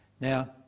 Now